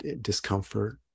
discomfort